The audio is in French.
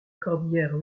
cordillère